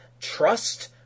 trust